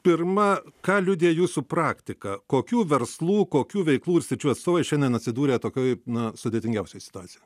pirma ką liudija jūsų praktika kokių verslų kokių veiklų ir sričių atstovai šiandien atsidūrė tokioje na sudėtingiausioje situacijoje